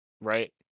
right